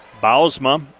Bausma